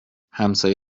همسایه